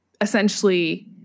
essentially